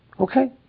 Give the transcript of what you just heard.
Okay